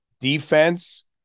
defense